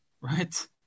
right